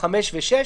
(5) ו-(6),